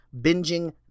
binging